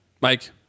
Mike